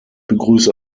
begrüße